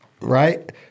right